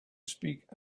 speak